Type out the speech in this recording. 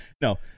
No